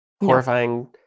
horrifying